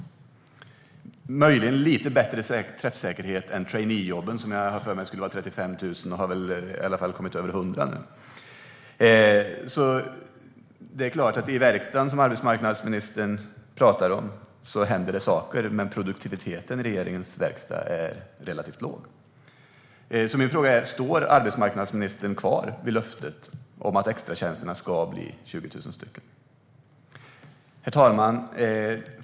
Det är möjligen lite bättre träffsäkerhet än när det gäller traineejobben, som jag har för mig skulle vara 35 000. De har väl i alla fall kommit upp i över 100 nu. I den verkstad som arbetsmarknadsministern talar om händer det saker, men produktiviteten i regeringens verkstad är relativt låg. Min fråga är: Står arbetsmarknadsministern kvar vid löftet om att extratjänsterna ska bli 20 000 stycken? Herr talman!